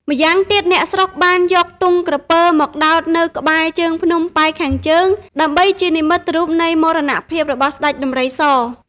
ម្យ៉ាងទៀត អ្នកស្រុកបានយកទង់ក្រពើមកដោតនៅក្បែរជើងភ្នំប៉ែកខាងជើងដើម្បី ជានិមិត្តរូបនៃមរណភាពរបស់ស្តេចដំរីស។